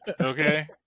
Okay